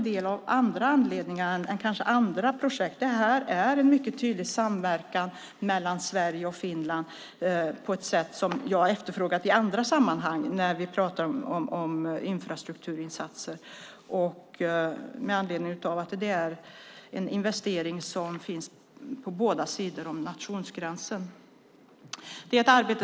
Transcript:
Det finns en mycket tydlig samverkan mellan Sverige och Finland på ett sätt som jag efterfrågat i andra sammanhang när vi pratar om infrastrukturinsatser. Det är en investering på båda sidor om nationsgränsen.